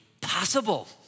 possible